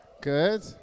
Good